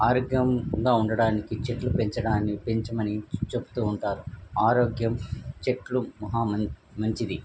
ఆరోగ్యంగా ఉండడానికి చెట్లు పెంచడాన్ని పెంచమని చెప్తూ ఉంటారు ఆరోగ్యం చెట్లు మహా మం మంచిది